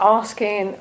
asking